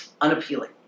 unappealing